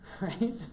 Right